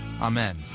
Amen